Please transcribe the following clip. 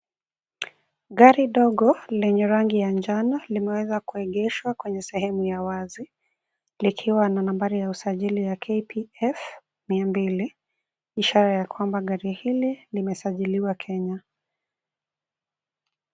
Gari dogo lenye rangi ya njano limeweza kuegeshwa kwenye sehemu ya wazi, likiwa na nambari ya usajili ya KPF 200 , ishara ya kwamba gari hili limesajiliwa Kenya.